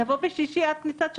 נבוא בשישי עד כניסת שבת,